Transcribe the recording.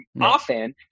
often